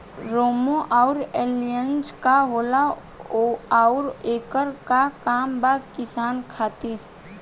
रोम्वे आउर एलियान्ज का होला आउरएकर का काम बा किसान खातिर?